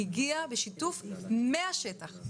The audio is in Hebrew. הגיע בשיתוף מהשטח,